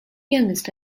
youngest